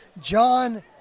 John